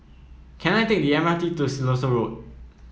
can I take the M R T to Siloso Road